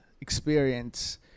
experience